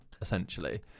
essentially